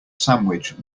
sandwich